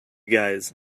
guys